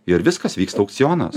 ir viskas vyksta aukcionas